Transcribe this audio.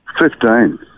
Fifteen